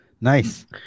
nice